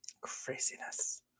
Craziness